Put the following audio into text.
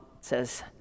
says